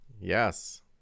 Yes